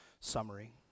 summary